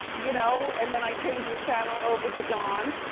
you know, and then i change the channel over to dawn.